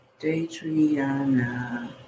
Daytriana